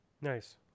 Nice